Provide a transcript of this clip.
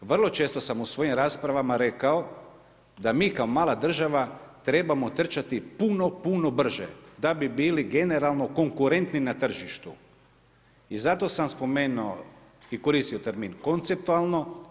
Vrlo često sam u svojim raspravama rekao da mi kao mala država trebamo trčati puno, puno brže da bi bili generalno konkurentni na tržištu i zato sam spomenuo i koristio termin konceptualno.